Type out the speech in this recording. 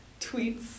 tweets